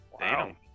Wow